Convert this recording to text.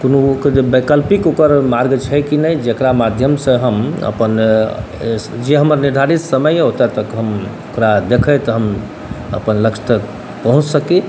जे कोनो ओकर जे वैकल्पिक मार्ग जे कोनो अगर छै कि नहि जकरा माध्यमसँ हम अपन जे हमर निर्धारित समय अइ ओतऽ तक हम ओकरा देखैत हम अपन लक्ष्य तक पहुँच सकी